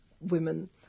women